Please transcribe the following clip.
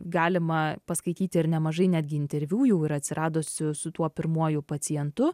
galima paskaityti ir nemažai netgi interviu jau yra atsiradusių su tuo pirmuoju pacientu